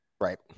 Right